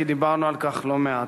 כי דיברנו על כך לא מעט.